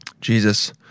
Jesus